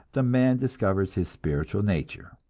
the man discovers his spiritual nature.